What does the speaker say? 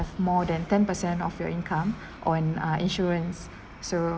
more than ten percent of your income on uh insurance so